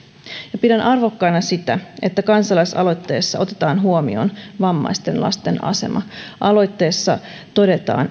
ja pidän arvokkaana sitä että kansalaisaloitteessa otetaan huomioon vammaisten lasten asema aloitteessa todetaan